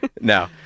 No